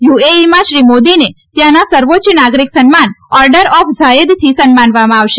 યુએઈમાં શ્રી મોદીને ત્યાંના સર્વોચ્ચ નાગરિક સન્માન ઓર્ડર ઓફ ઝાયેદથી સન્માનવામાં આવશે